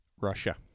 Russia